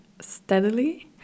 steadily